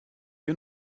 you